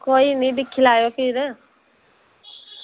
कोई निं दिक्खी लैएओ फिर